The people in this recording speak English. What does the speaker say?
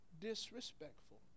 disrespectful